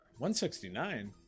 169